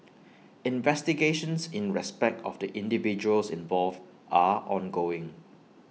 investigations in respect of the individuals involved are ongoing